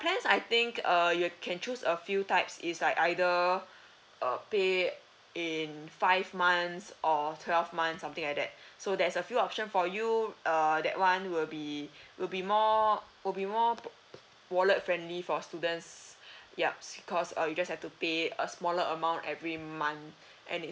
plans I think uh you can choose a few types is like either err pay in five months or twelve months something like that so there's a few option for you err that one will be will be more will be more wallet-friendly for students yup s~ because you just have to pay a smaller amount every month and it's